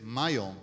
mają